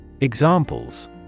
Examples